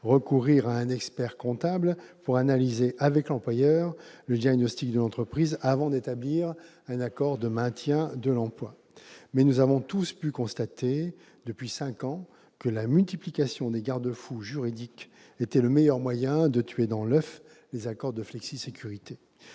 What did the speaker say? recourir à un expert-comptable pour analyser le diagnostic de l'entreprise avec l'employeur avant d'établir un accord de maintien de l'emploi. Toutefois, nous avons tous pu constater depuis cinq ans que la multiplication des garde-fous juridiques était le meilleur moyen de tuer dans l'oeuf les accords de flexisécurité.